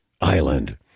Island